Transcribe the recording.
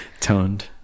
toned